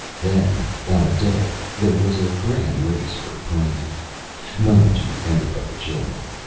then, on a day, there was a grand race, for prizes none to enter but the children.